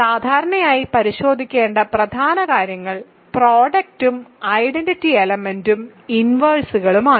സാധാരണയായി പരിശോധിക്കേണ്ട പ്രധാന കാര്യങ്ങൾ പ്രോഡക്റ്റും ഐഡന്റിറ്റി എലെമെന്റും ഇൻവെർസുകളുമാണ്